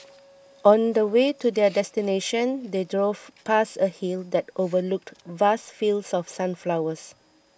on the way to their destination they drove past a hill that overlooked vast fields of sunflowers